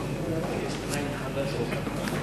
אחריו,